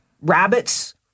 rabbits